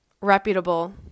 reputable